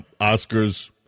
Oscars